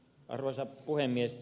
arvoisa puhemies